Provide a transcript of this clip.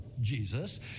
Jesus